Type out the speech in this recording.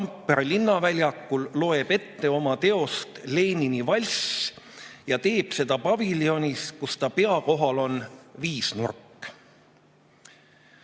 Tampere linnaväljakul loeb ette oma teost "Lenini valss" ja teeb seda paviljonis, kus ta pea kohal on viisnurk.